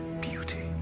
beauty